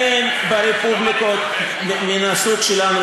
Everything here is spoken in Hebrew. אין ברפובליקות מן הסוג שלנו,